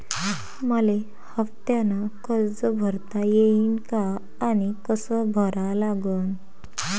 मले हफ्त्यानं कर्ज भरता येईन का आनी कस भरा लागन?